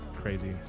crazy